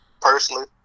personally